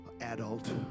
adult